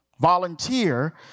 Volunteer